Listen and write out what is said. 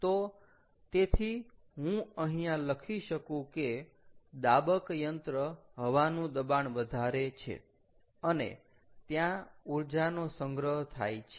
તો તેથી હું અહીંયા લખી શકું કે દાબક યંત્ર હવાનું દબાણ વધારે છે અને ત્યાં ઊર્જાનો સંગ્રહ થાય છે